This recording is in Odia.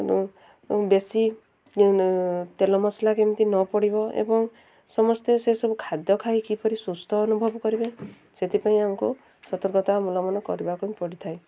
ବେଶୀ ତେଲ ମସଲା କେମିତି ନ ପଡ଼ିବ ଏବଂ ସମସ୍ତେ ସେସବୁ ଖାଦ୍ୟ ଖାଇ କିପରି ସୁସ୍ଥ ଅନୁଭବ କରିବେ ସେଥିପାଇଁ ଆମକୁ ସତର୍କତା ଅବଲମ୍ବନ କରିବାକୁ ହିଁ ପଡ଼ିଥାଏ